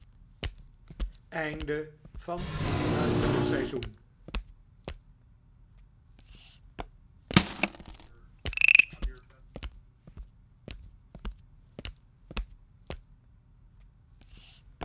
kwam buiten het seizoen